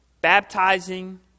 baptizing